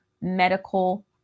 medical